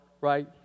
right